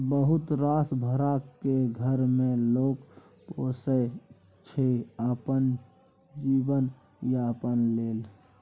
बहुत रास भेरा केँ घर मे लोक पोसय छै अपन जीबन यापन लेल